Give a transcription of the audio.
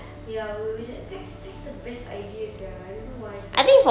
ya we we sh~ that's that's the best idea sia I don't know why sia